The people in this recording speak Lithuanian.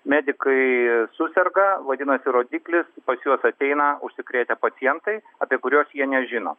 medikai suserga vadinasi rodiklis pas juos ateina užsikrėtę pacientai apie kuriuos jie nežino